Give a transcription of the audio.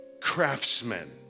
craftsmen